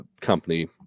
company